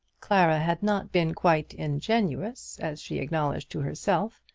clara had not been quite ingenuous, as she acknowledged to herself.